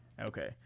Okay